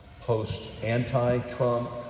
post-anti-Trump